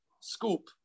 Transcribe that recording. scoop